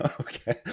okay